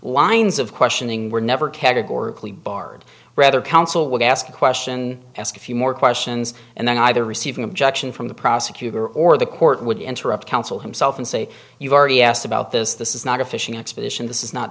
lines of questioning were never categorically barred rather counsel would ask a question ask a few more questions and then either receive an objection from the prosecutor or the court would interrupt counsel himself and say you've already asked about this this is not a fishing expedition this is not